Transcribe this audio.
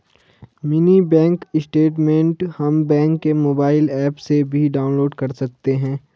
mini bank statement हम bank के mobile app से भी डाउनलोड कर सकते है